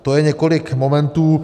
To je několik momentů.